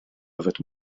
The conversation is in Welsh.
yfed